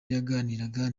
yaganiraga